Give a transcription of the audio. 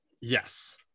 Yes